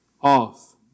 off